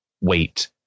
wait